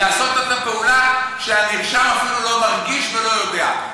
לעשות את הפעולה שהנרשם אפילו לא מרגיש ולא יודע.